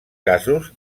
casos